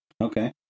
Okay